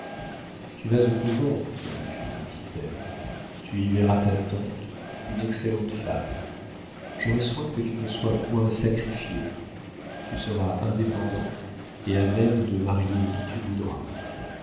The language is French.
tu vas au couvent mon bijou me dit-elle tu y verras ta tante une excellente femme j'aurai soin que tu ne sois point sacrifiée tu seras indépendante et à même de marier qui tu voudras